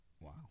Wow